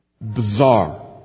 Bizarre